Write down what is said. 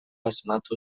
asmatu